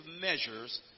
measures